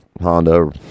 Honda